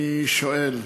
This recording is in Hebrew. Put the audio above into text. אני שואל.